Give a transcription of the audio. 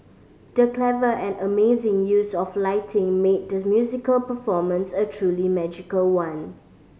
the clever and amazing use of lighting made the musical performance a truly magical one